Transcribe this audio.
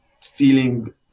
feeling